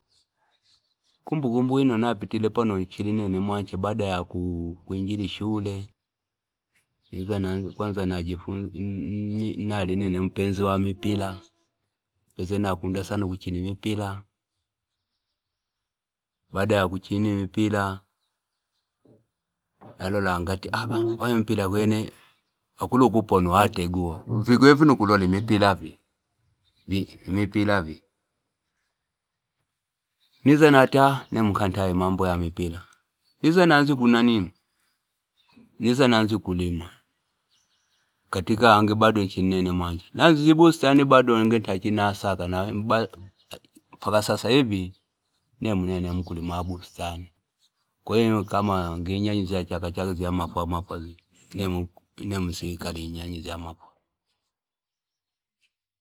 Kumbukumbu inanapitile pano inchili ene mwanche ibada ya kuingila ishule niza nalinene mpenzi wa mipira napezile nakunda sana kuchina umupira baada ya kuchina imipira nalota ngati mbona imipita kwene akula akula ukina uwa tegua vikwene vino nkulola impila vii niza nati nemwi kantaye amambo ya mpira niza nanza kunanii niza nanzya kulima katika angeinchili nene mwanche nanazizye ibustani ange inchili nasaka mpaka sasa hivi nemwi nene mkulima wa bustani kwaiyo kama ngi inyanyi zya chaka chaka insikala inyanyi zya mafwa.